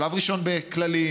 בשלב ראשון בכללים,